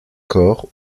corps